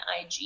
IG